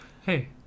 hey